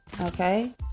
Okay